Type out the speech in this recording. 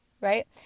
right